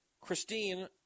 Christine